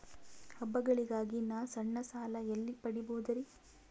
ಹಬ್ಬಗಳಿಗಾಗಿ ನಾ ಸಣ್ಣ ಸಾಲ ಎಲ್ಲಿ ಪಡಿಬೋದರಿ?